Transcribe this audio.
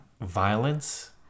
violence